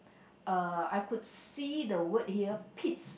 uh I could see the word here Pete's